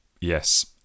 yes